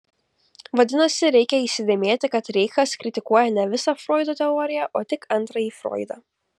vadinasi reikia įsidėmėti kad reichas kritikuoja ne visą froido teoriją o tik antrąjį froidą